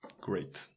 Great